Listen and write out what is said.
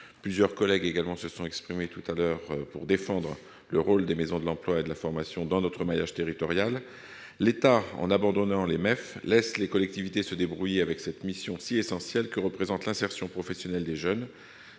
Plusieurs collègues se sont également exprimés pour défendre le rôle de ces maisons de l'emploi et de la formation dans notre maillage territorial. L'État, en abandonnant ces structures, laisse les collectivités se débrouiller avec cette mission, si essentielle, que représente l'insertion professionnelle des jeunes.